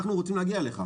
אנחנו רוצים להגיע אליך.